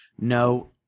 No